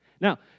Now